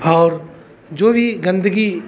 और जो भी गंदगी